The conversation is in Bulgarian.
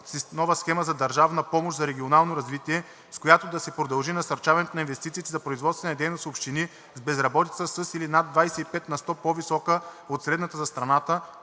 на нова схема за държавна помощ за регионално развитие, с която да се продължи насърчаването на инвестициите за производствена дейност в общини с безработица със или над 25 на сто по-висока от средната за страната,